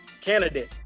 Candidate